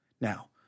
Now